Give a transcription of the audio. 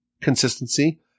consistency